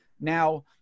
Now